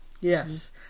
Yes